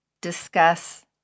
discuss